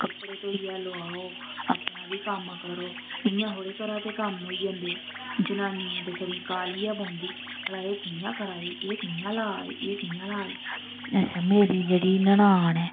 कपड़े धोइयै लोआओ अपना बी कम्म करो इ'यां थोह्ड़े घरै दे कम्म होई जंदे जनानियें ते छड़ी काह्ली गै पौंदी भला एह् कि'यां करा दी एह् कि'यां ला दी एह् कि'यां ला दी अच्छा मेरी जेह्ड़ी ननान ऐ